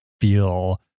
feel